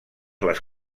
les